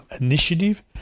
initiative